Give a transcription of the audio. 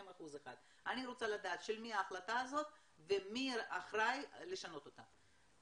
1%. אני רוצה לדעת של מי ההחלטה הזאת ומי אחראי לשנות אותה,